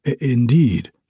Indeed